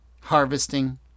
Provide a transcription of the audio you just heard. harvesting